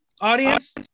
audience